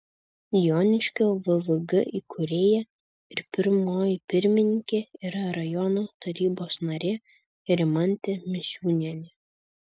joniškio vvg įkūrėja ir pirmoji pirmininkė yra rajono tarybos narė rimantė misiūnienė